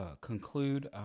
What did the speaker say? conclude